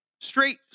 straight